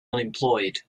unemployed